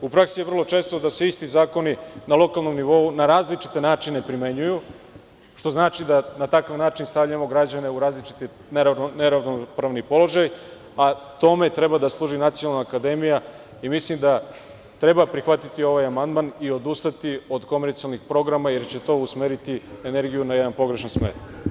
U praksi je vrlo često da se isti zakoni na lokalnom nivou, na različite načine primenjuju, što znači da na takav način stavljamo građane u različiti i neravnopravan položaj, a tome treba da služi nacionalna akademija i mislim da treba prihvatiti ovaj amandman i odustati od komercijalnih programa jer će to usmeriti energiju na jedan položen smer.